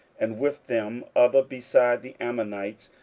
and with them other beside the ammonites,